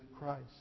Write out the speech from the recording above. Christ